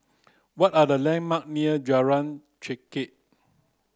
what are the landmark near Jalan Chengkek